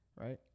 right